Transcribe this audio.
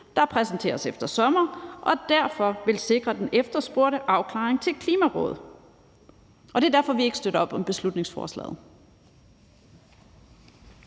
der præsenteres efter sommer og derfor vil sikre den efterspurgte afklaring til Klimarådet. Det er derfor, vi ikke støtter op om beslutningsforslaget.